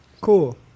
Cool